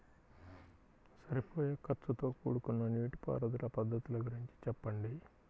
సరిపోయే ఖర్చుతో కూడుకున్న నీటిపారుదల పద్ధతుల గురించి చెప్పండి?